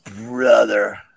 brother